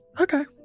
Okay